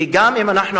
כי גם אם אנחנו,